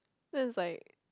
so it's like